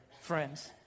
friends